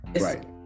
right